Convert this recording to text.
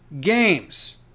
games